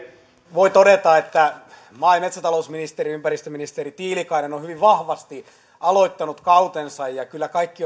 voi todeta että maa ja metsätalousministeri ympäristöministeri tiilikainen on on hyvin vahvasti aloittanut kautensa ja kyllä kaikki